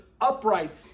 upright